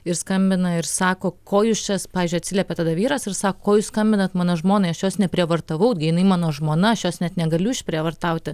ir skambina ir sako ko jūs čia pavyzdžiui atsiliepia tada vyras ir sako ko jūs skambinat mano žmonai aš jos neprievartavau gi jinai mano žmona aš jos net negaliu išprievartauti